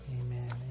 Amen